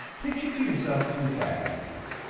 picture to yourself two factories.